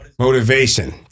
Motivation